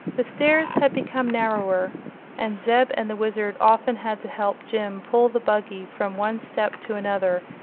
the stairs had become narrower and zeb and the wizard often had to help jim pull the buggy from one step to another,